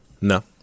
No